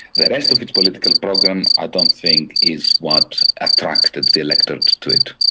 the rest of its political program i don't think is what attracted the electorate to it.